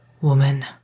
Woman